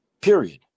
Period